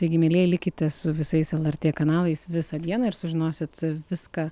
taigi mielieji likite su visais lrt kanalais visą dieną ir sužinosit viską